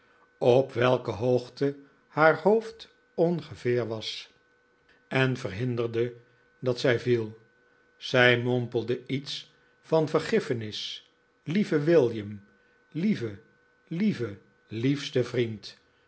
op welke hoogte haar hoofd ongeveer was en verhinderde dat zij viel zij mompelde iets van vergiffenis lieve william lieve lieve liefste vriend